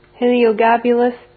Heliogabulus